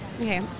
Okay